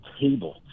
table